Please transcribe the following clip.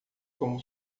como